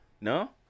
No